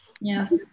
Yes